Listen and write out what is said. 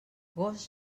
gos